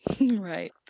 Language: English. Right